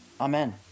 Amen